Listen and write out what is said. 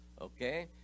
Okay